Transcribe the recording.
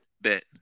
Bet